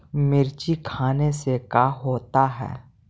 मिर्ची खाने से का होता है?